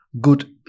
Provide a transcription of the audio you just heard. good